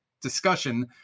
discussion